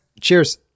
Cheers